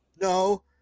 No